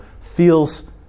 feels